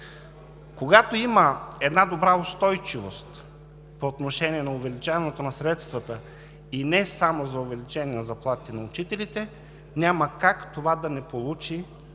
когато има една добра устойчивост по отношение на увеличаването на средствата, и не само за увеличение на заплатите на учителите, няма как това да не получи